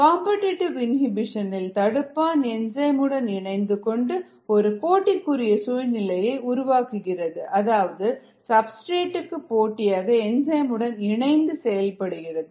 competitive inhibition இல் தடுப்பான் enzyme உடன் இணைந்து கொண்டு ஒரு போட்டிக்குரிய சூழ்நிலையை உருவாக்குகிறது அதாவது சப்ஸ்டிரேட்க்கு போட்டியாக என்சைம் உடன் இணைந்து செயல்படுகிறது